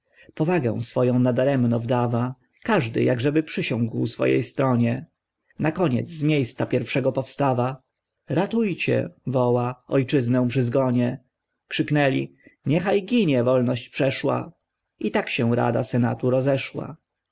powagę swoję nadaremnie wdawa każdy jak żeby przysiągł swojej stronie nakoniec z miejsca pierwszego powstawa ratujcie woła ojczyznę przy zgonie krzyknęli niechaj ginie wolność przeszła i tak się rada senatu